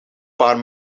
paar